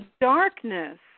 darkness